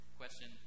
question